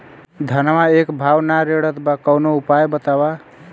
धनवा एक भाव ना रेड़त बा कवनो उपाय बतावा?